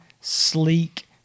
sleek